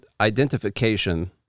identification